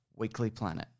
weeklyplanet